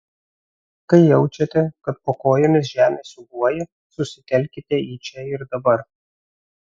kai jaučiate kad po kojomis žemė siūbuoja susitelkite į čia ir dabar